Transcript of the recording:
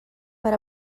per